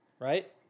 right